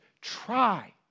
try